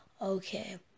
Okay